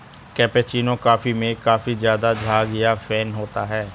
cappuccino coffee में काफी ज़्यादा झाग या फेन होता है